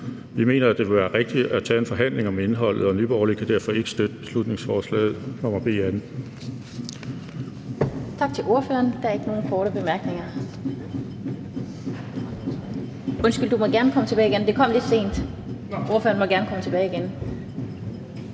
Vi mener, det vil være rigtigt at tage en forhandling om indholdet. Nye Borgerlige kan derfor ikke støtte beslutningsforslag